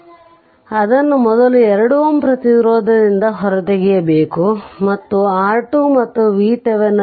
ಆದ್ದರಿಂದ ಅದನ್ನು ಮೊದಲು 2 Ω ಪ್ರತಿರೋಧದಿಂದ ಹೊರತೆಗೆಯಬೇಕು ಮತ್ತು R2 ಮತ್ತು VThevenin